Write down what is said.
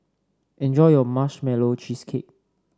enjoy your Marshmallow Cheesecake